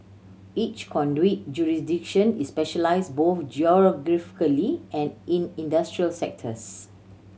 each conduit jurisdiction is specialised both geographically and in industrial sectors